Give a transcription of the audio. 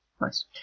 Nice